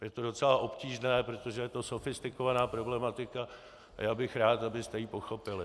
Je to docela obtížné, protože je to sofistikovaná problematika a já bych rád, abyste ji pochopili.